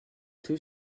too